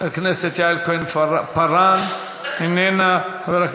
חברת הכנסת יעל כהן-פארן, אינה נוכחת.